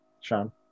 sean